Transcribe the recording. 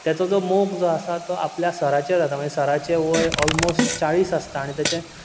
तेचो जो मोग जो आसा तो आपल्या सराचेर जाता म्हणल्यार सराचें वंय ऑलमोस्ट चाळीस आसता आनी तेचें